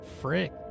frick